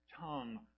tongue